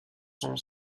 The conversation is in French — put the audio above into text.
sont